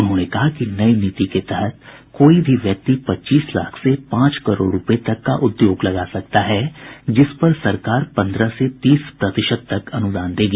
उन्होंने कहा कि नई नीति के तहत कोई भी व्यक्ति पच्चीस लाख से पांच करोड़ रूपये तक का उद्योग लगा सकता है जिस पर सरकार पन्द्रह से तीस प्रतिशत तक अनुदान देगी